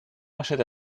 achète